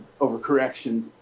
overcorrection